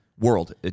world